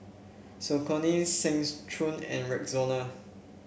Saucony Seng Choon and Rexona